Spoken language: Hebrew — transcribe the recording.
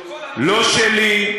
לא שלי,